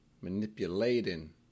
manipulating